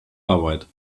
arbeit